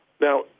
Now